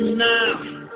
now